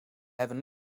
hebben